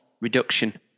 reduction